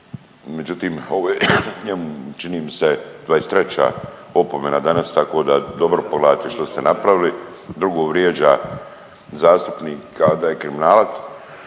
Međutim, ovo je njemu čini mi se 23 opomena danas tako da dobro pogledate što ste napravili. Drugo vrijeđa zastupnika kao da je kriminalac